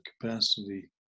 capacity